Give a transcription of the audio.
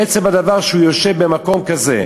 עצם הדבר שהוא יושב במקום כזה,